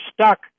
stuck